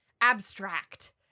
abstract